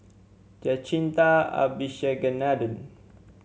Jacintha Abisheganaden